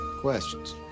Questions